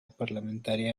parlamentaria